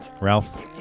Ralph